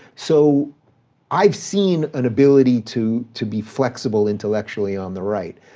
so i've seen an ability to to be flexible intellectually on the right.